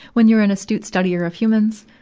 when you're an astute studier of humans.